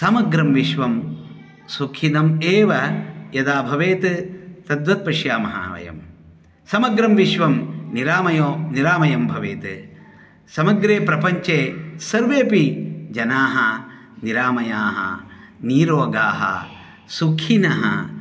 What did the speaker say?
समग्रं विश्वं सुखिनम् एव यथा भवेत् तद्वत् पश्यामः वयं समग्रं विश्वं निरामयो निरामयं भवेत् समग्रे प्रपञ्चे सर्वेपि जनाः निरामयाः नीरोगाः सुखिनः